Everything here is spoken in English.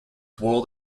world